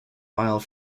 mile